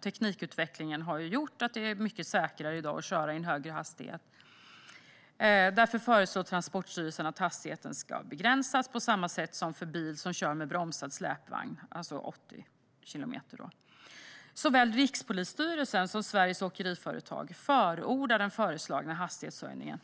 Teknikutvecklingen har gjort att det är mycket säkrare i dag att köra i en högre hastighet. Därför föreslår Transportstyrelsen att hastigheten ska begränsas på samma sätt som för bil som kör med bromsad släpvagn - alltså 80 kilometer. Såväl Rikspolisstyrelsen som Sveriges Åkeriföretag har förordat den föreslagna hastighetshöjningen.